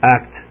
act